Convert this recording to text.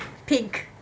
pink